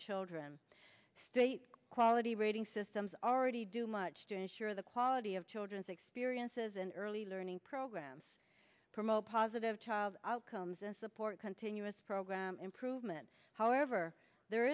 children state quality rating systems already do much to ensure the quality of children's experiences and early learning programs promote positive child outcomes and support continuous program improvement however there